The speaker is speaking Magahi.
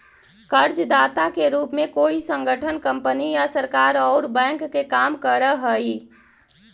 कर्जदाता के रूप में कोई संगठन कंपनी या सरकार औउर बैंक के काम करऽ हई